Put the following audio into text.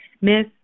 Miss